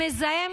המזהם,